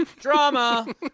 Drama